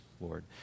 Lord